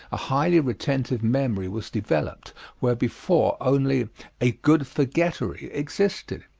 a highly retentive memory was developed where before only a good forgettery existed.